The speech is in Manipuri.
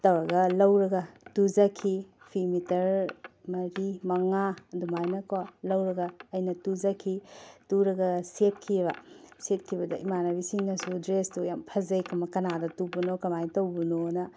ꯇꯧꯔꯒ ꯂꯧꯔꯒ ꯇꯨꯖꯈꯤ ꯐꯤ ꯃꯤꯇꯔ ꯃꯔꯤ ꯃꯉꯥ ꯑꯗꯨꯃꯥꯏꯅꯀꯣ ꯂꯧꯔꯒ ꯑꯩꯅ ꯇꯨꯖꯈꯤ ꯇꯨꯔꯒ ꯁꯦꯠꯈꯤꯕ ꯁꯦꯠꯈꯤꯕꯗ ꯏꯃꯥꯟꯅꯕꯤꯁꯤꯡꯅꯁꯨ ꯗ꯭ꯔꯦꯁꯇꯨ ꯌꯥꯝ ꯐꯖꯩ ꯀꯅꯥꯗ ꯇꯨꯕꯅꯣ ꯀꯃꯥꯏ ꯇꯧꯕꯅꯣꯅ